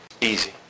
Easy